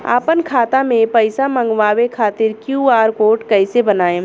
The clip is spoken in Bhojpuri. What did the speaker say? आपन खाता मे पईसा मँगवावे खातिर क्यू.आर कोड कईसे बनाएम?